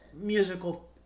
musical